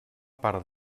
part